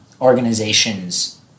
Organizations